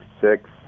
six